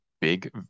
big